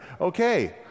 Okay